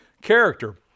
Character